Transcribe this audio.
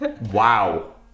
Wow